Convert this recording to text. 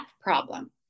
problem